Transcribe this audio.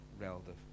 relative